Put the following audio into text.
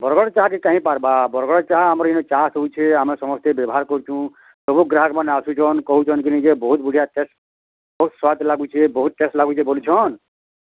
ବରଗଡ଼ ଚାହାକେ କାହିଁ ପାରବା ବରଗଡ଼ ଚାହା ଆମର୍ ଏଇନେ ଚାହା ତୁଳଛେ ଆମେ ସମସ୍ତେ ବ୍ୟବହାର୍ କରୁଚୁ ସବୁ ଗ୍ରାହାକ୍ ମାନେ ଆସୁଛନ୍ କହୁଛନ୍ କିରି ଯେ ବହୁତ୍ ବଢ଼ିଆ ଟେଷ୍ଟ ବହୁତ୍ ସ୍ୱାଦ ଲାଗୁଛେ ବହୁତ୍ ଟେଷ୍ଟ ଲାଗୁଛେ ବଲୁଛନ୍